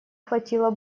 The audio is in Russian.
хватило